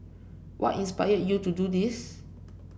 what inspired you to do this